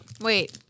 wait